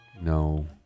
No